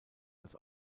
dass